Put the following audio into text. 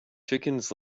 chickens